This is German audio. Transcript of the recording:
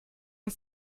das